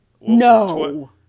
No